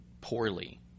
poorly